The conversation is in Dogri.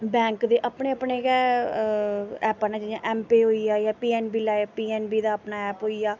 बैंक दे अपने अपने गै ऐपां न जियां एम पे होई गेआ पी एन बी लाइफ जां पी एन बी दा अपना ऐप होई गेआ